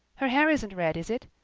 her hair isn't red, is it?